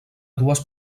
dues